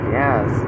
yes